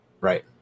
Right